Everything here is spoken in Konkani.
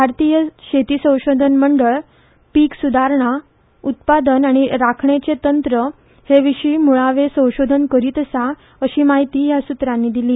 भारतीय शेती संशोधन मंडळ पीक सुदारणा उत्पादन आनी राखणेर्चे तंत्र हे विशीं मुळावें संशोधन करीत आसा अशी माहिती ह्या सुत्रांनी दिली